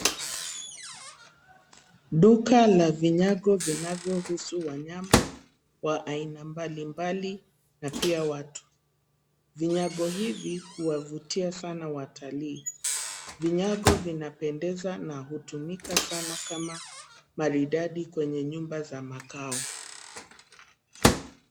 Duka la vinyago vinavyohusu wanyama wa aina mbalimbali na pia watu. Vinyago hivi huwavutia sana watalii. Vinyago vinapendeza na hutumika sana kama maridadi kwenye nyumba za makao.